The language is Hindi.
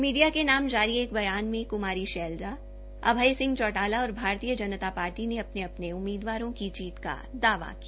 मीडिया के नाम जारी बयान में क्मारी शैलजा अभय सिंह चौटाला और भारतीय जनता पार्टी ने अपने अपने उम्मीदवारों की जीत का दावा किया